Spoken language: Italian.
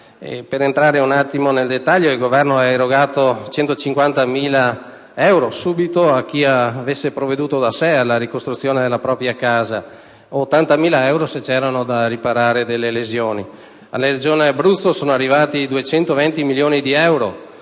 Entrando nel dettaglio, il Governo ha erogato 150.000 euro subito a chi avesse provveduto da sé alla ricostruzione della propria casa ed ha erogato 80.000 euro se c'erano da riparare delle lesioni. Alla Regione Abruzzo sono arrivati 220 milioni di euro,